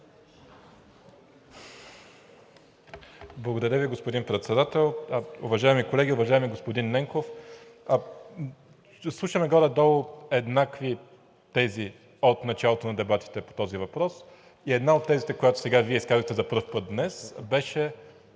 Благодаря Ви, господин Председател. Уважаеми колеги! Уважаеми господин Ненков, слушаме горе долу еднакви тези от началото на дебатите по този въпрос и една от тезите, която сега Вие изказахте за пръв път днес, беше